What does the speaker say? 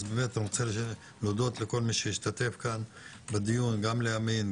אז אני באמת רוצה להודות לכל מי שהשתתף כאן בדיון גם לאמין,